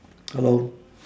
hello